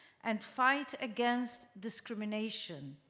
and fight against discrimination,